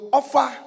offer